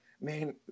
man